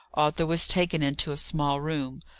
arthur was taken into a small room,